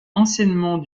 anciennement